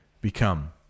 become